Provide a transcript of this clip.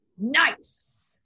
Nice